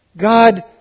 God